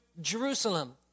Jerusalem